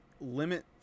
Limit